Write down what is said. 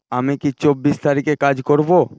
আমি কি চব্বিশ তারিখে কাজ করব